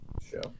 show